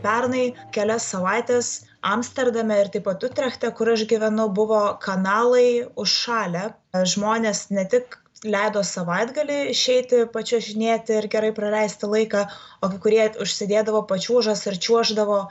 pernai kelias savaites amsterdame ir taip pat utrechte kur aš gyvenau buvo kanalai užšalę žmonės ne tik leido savaitgalį išeiti pačiuožinėti ir gerai praleisti laiką o kai kurie užsidėdavo pačiūžas ir čiuoždavo